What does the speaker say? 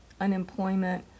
unemployment